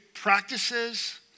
practices